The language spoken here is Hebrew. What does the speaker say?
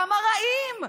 כמה רעים,